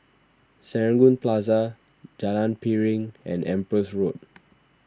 Serangoon Plaza Jalan Piring and Empress Road